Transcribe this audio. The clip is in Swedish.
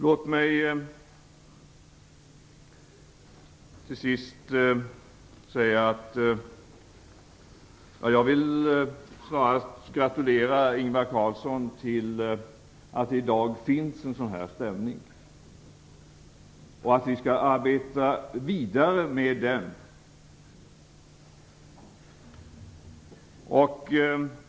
Låt mig till sist gratulera Ingvar Carlsson till att det i dag finns en sådan stämning. Vi skall arbeta vidare med den.